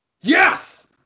Yes